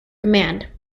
command